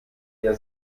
der